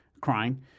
crying